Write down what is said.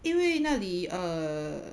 因为那里 err